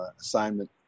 assignment